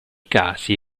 casi